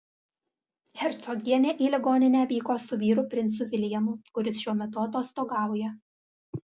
hercogienė į ligoninę vyko su vyru princu viljamu kuris šiuo metu atostogauja